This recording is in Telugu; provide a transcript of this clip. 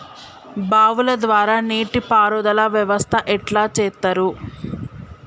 బావుల ద్వారా నీటి పారుదల వ్యవస్థ ఎట్లా చేత్తరు?